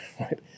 right